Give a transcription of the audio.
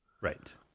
Right